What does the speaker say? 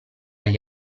gli